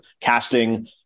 casting